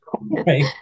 right